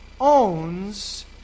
owns